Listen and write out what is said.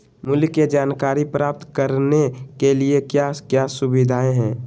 मूल्य के जानकारी प्राप्त करने के लिए क्या क्या सुविधाएं है?